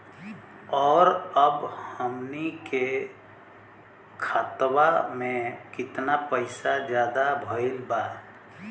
और अब हमनी के खतावा में कितना पैसा ज्यादा भईल बा?